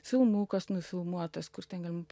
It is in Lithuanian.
filmukas nufilmuotas kur ten galima